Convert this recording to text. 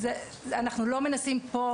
אנחנו לא מנסים פה,